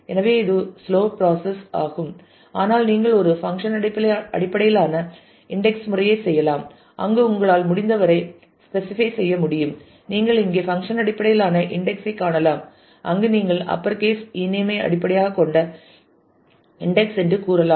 எனவே இது ஒரு ஸ்லோ ப்ராசஸ் ஆகும் ஆனால் நீங்கள் ஒரு பங்க்ஷன் அடிப்படையிலான இன்டெக்ஸ் முறையைச் செய்யலாம் அங்கு உங்களால் முடிந்தவரை ஸ்பெசிஃபை செய்ய முடியும் நீங்கள் இங்கே பங்க்ஷன் அடிப்படையிலான இன்டெக்ஸ் ஐ காணலாம் அங்கு நீங்கள் அப்பர் கேஸ் e name ஐ அடிப்படையாகக் கொண்ட இன்டெக்ஸ் என்று கூறலாம்